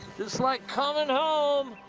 just like coming home!